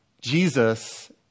Jesus